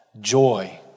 joy